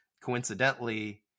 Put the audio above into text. coincidentally